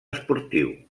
esportiu